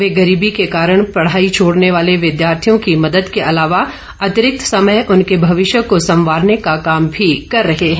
वे गरीबी के कारण पढ़ाई छोड़ने वाले विद्यार्थियों की मदद के अलावा अतिरिक्त समय देकर उनके भविष्य को संवारने का काम भी कर रहे हैं